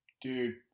dude